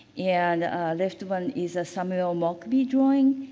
and left one is a samuel mockbee drawing.